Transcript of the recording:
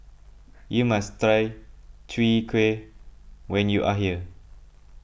you must try Chwee Kueh when you are here